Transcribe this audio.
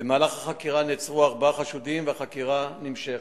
במהלך החקירה נעצרו ארבעה חשודים והחקירה נמשכת.